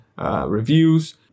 Reviews